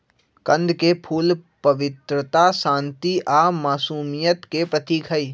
कंद के फूल पवित्रता, शांति आ मासुमियत के प्रतीक हई